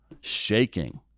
shaking